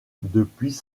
depuis